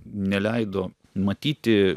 neleido matyti